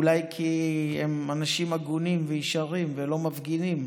אולי כי הם אנשים הגונים וישרים, ולא מפגינים,